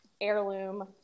heirloom